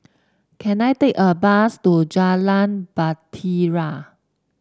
can I take a bus to Jalan Bahtera